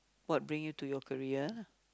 what bring you to your career